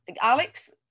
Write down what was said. Alex